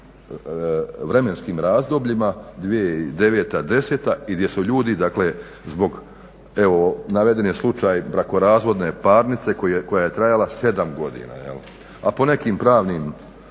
vremenskim razdobljima 2009., 2010.i gdje su ljudi dakle zbog naveden je slučaj brakorazvodne parnice koja je trajala sedam godina a po nekim pravnim